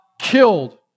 killed